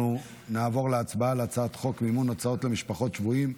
נעבור להצבעה על הצעת חוק מימון הוצאות למשפחות שבויים,